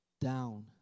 down